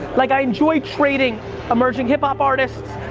like i enjoy trading emerging hip hop artists,